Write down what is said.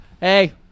hey